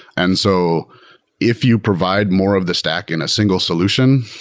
and so if you provide more of the stack in a single solution,